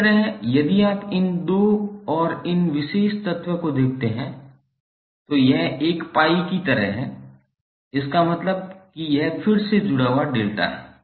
इसी तरह यदि आप इन 2 और इस विशेष तत्व को देखते हैं तो यह एक पाई की तरह है इसका मतलब है कि यह फिर से जुड़ा हुआ डेल्टा है